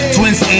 Twins